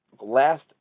last